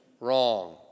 Wrong